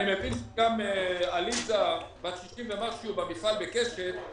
אפשר לשמוע גם מעליזה בת 60 ומשהו במפעל בקשת,